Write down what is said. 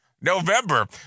November